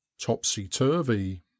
topsy-turvy